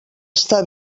està